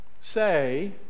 say